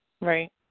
Right